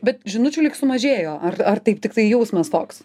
bet žinučių lyg sumažėjo ar ar taip tiktai jausmas toks